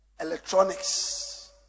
electronics